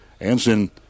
Anson